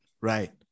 Right